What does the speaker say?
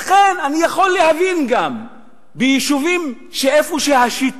לכן אני יכול להבין שביישובים שהשיתוף